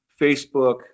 Facebook